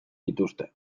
dituzte